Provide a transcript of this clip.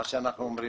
אנחנו אומרים: